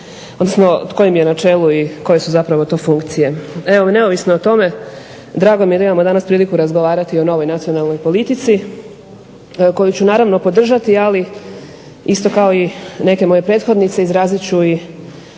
odnosno tko im je na čelu i koje su zapravo to funkcije. Evo neovisno o tome drago mi je da imamo danas priliku razgovarati o novoj nacionalnoj politici koju ću naravno podržati. Ali isto kao i neke moje prethodnice izrazit ću i